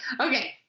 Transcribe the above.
Okay